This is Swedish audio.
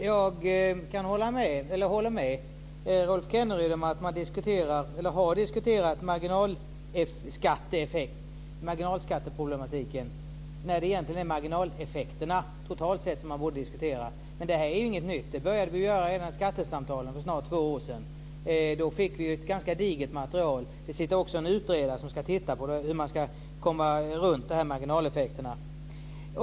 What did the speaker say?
Fru talman! Jag håller med Rolf Kenneryd om att man har diskuterat marginalskatteproblematiken när det egentligen är marginaleffekterna totalt sett som man borde diskutera. Men det är ju inget nytt. Det började vi göra redan vid skattesamtalen för två år sedan. Då fick vi ett ganska digert material. Det sitter också en utredare som tittar på hur man ska komma runt marginaleffekterna.